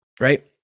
right